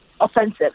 offensive